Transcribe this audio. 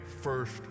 first